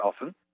often